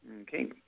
Okay